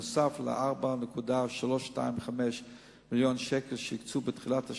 נוסף על 4.325 מיליוני שקלים שהוקצו בתחילת השנה,